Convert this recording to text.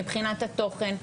מבחינת התוכן,